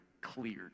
cleared